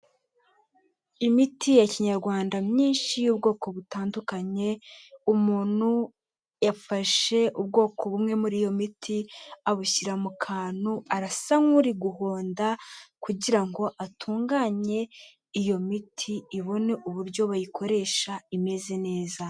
Imiti ya kinyarwanda myinshi y'ubwoko butandukanye, umuntu yafashe ubwoko bumwe muri iyo miti abushyira mu kantu, arasa nk'uri guhonda kugira ngo atunganye iyo miti ibone uburyo bayikoresha imeze neza.